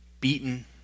beaten